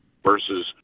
versus